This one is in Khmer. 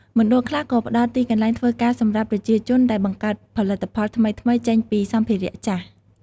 មណ្ឌលខ្លះក៏ផ្តល់ទីកន្លែងធ្វើការសម្រាប់ប្រជាជនដែលបង្កើតផលិតផលថ្មីៗចេញពីសម្ភារៈចាស់។